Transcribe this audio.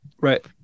Right